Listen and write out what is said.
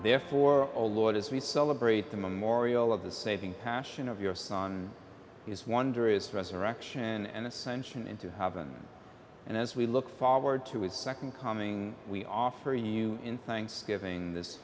there for oh lord as we celebrate the memorial of the saving passion of your son is wonderous resurrection and ascension into have been and as we look forward to his nd coming we offer a you in thanks giving this